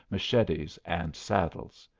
machetes, and saddles.